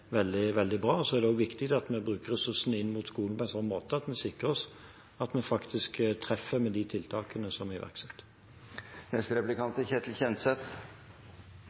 er veldig, veldig bra, og så er det også viktig at vi bruker ressursene inn mot skolen på en sånn måte at vi sikrer oss at vi faktisk treffer med de tiltakene som vi iverksetter. Det er